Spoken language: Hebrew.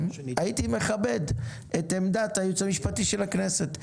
הייתי מכבד את עמדת הייעוץ המשפטי של הכנסת.